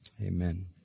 Amen